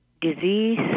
disease